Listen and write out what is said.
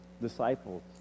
disciples